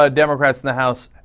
ah democrats and the house